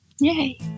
Yay